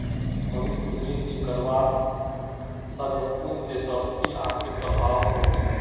मनीष पूछले कि करवा सने कुन देशत कि आर्थिक प्रभाव पोर छेक